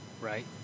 Right